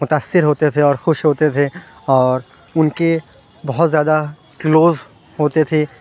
متاثر ہوتے تھے اور خوش ہوتے تھے اور ان کے بہت زیادہ کلوز ہوتے تھے